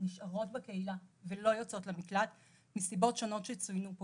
ונשארות בקהילה ולא יוצאות למקלט וזה מסיבות שונות שצוינו פה